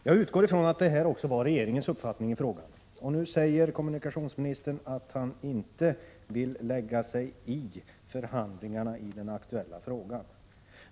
Jag utgår ifrån att det också var regeringens uppfattning i frågan. Nu säger kommunikationsministern att haninte vill lägga sig i förhandlingarna i den aktuella frågan.